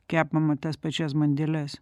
kepama tas pačias bandeles